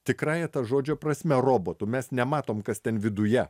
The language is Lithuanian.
tikrąja ta žodžio prasme robotu mes nematom kas ten viduje